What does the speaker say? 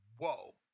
Whoa